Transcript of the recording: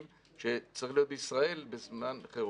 שצריכה להיות בישראל בזמן חירום.